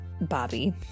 Bobby